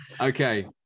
Okay